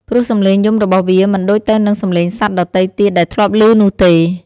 ព្រោះសំឡេងយំរបស់វាមិនដូចទៅនឹងសំឡេងសត្វដទៃទៀតដែលធ្លាប់លឺនោះទេ។